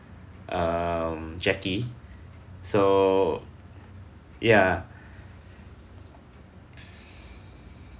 um jackie so ya